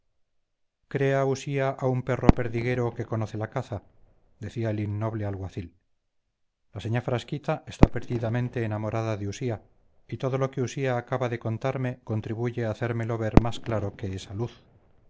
crea usía a un perro perdiguero que conoce la caza decía el innoble alguacil la señá frasquita está perdidamente enamorada de usía y todo lo que usía acaba de contarme contribuye a hacérmelo ver más claro que esa luz